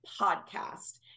Podcast